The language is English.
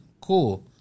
Cool